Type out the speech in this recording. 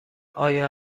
آیا